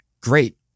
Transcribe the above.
great